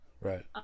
right